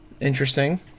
Interesting